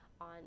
on